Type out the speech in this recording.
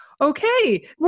okay